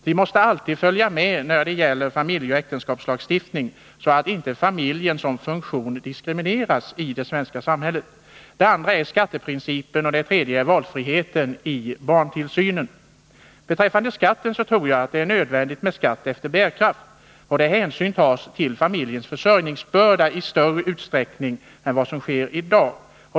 Vi måste alltid följa med när det gäller familjeoch äktenskapslagstiftningen så att inte familjen som funktion diskrimineras i det svenska samhället. Det andra området är skatteprincipen, och det tredje är valfriheten i barntillsynen. Beträffande skatten tror jag det är nödvändigt med skatt efter bärkraft, där hänsyn till familjens försörjningsbörda tas i större utsträckning än som är fallet i dag.